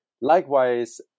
Likewise